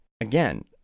again